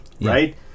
right